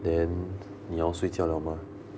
then 你要睡觉了吗